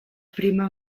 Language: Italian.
prima